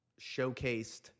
showcased